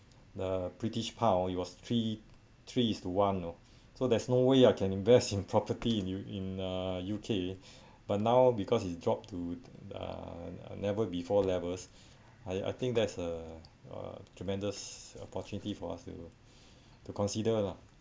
the british pound it was three three is to one know so there's no way I can invest in property in U~ in uh U_K but now because it drop to uh never before levels I I think there's a uh tremendous opportunity for us to to consider lah